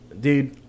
dude